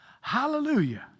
Hallelujah